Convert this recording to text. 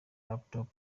laptop